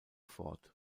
fort